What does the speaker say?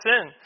sin